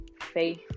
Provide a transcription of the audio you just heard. Faith